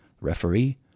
referee